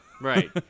Right